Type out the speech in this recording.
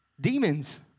Demons